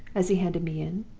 as he handed me in.